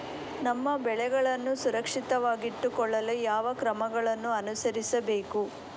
ನಮ್ಮ ಬೆಳೆಗಳನ್ನು ಸುರಕ್ಷಿತವಾಗಿಟ್ಟು ಕೊಳ್ಳಲು ಯಾವ ಕ್ರಮಗಳನ್ನು ಅನುಸರಿಸಬೇಕು?